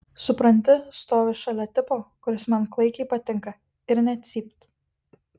supranti stoviu šalia tipo kuris man klaikiai patinka ir nė cypt